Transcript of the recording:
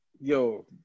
yo